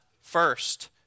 first